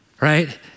Right